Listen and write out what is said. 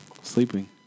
Sleeping